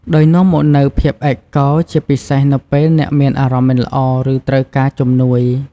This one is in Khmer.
ដោយនាំមកនូវ ភាពឯកកោ ជាពិសេសនៅពេលអ្នកមានអារម្មណ៍មិនល្អ ឬត្រូវការជំនួយ។